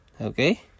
Okay